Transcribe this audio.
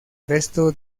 resto